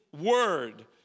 word